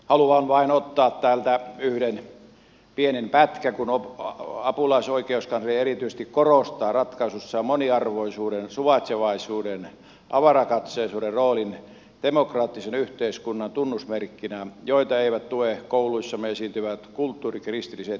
haluan vain ottaa täältä yhden pienen pätkän kun apulaisoikeuskansleri erityisesti korostaa ratkaisussaan moniarvoisuuden suvaitsevaisuuden avarakatseisuuden roolia demokraattisen yhteiskunnan tunnusmerkkeinä joita eivät tue kouluissamme esiintyvät kulttuurikristilliset elementit